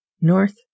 north